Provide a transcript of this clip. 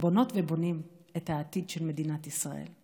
בונות ובונים את העתיד של מדינת ישראל.